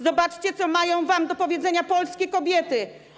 Zobaczcie, co mają wam do powiedzenia polskie kobiety.